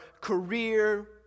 career